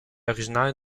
originaire